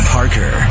Parker